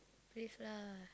please lah